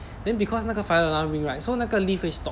then because 那个 fire alarm ring right so 那个 lift 会 stop